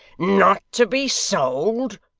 not to be sold